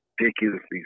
ridiculously